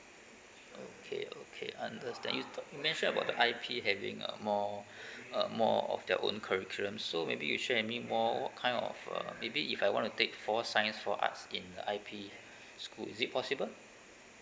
okay okay understand you tal~ you mentioned about the I P having uh more uh more of their own curriculum so maybe you share with me more what kind of uh maybe if I wanna take four science four arts in I P school is it possible